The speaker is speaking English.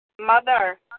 Mother